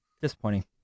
disappointing